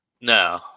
no